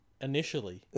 initially